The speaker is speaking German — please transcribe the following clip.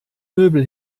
möbel